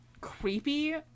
creepy